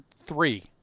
three